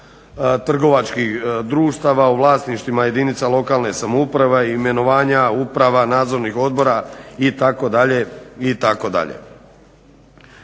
trgovačkih društava u vlasništvima jedinica lokalne samouprave, imenovanja uprava, nadzornih odbora itd.,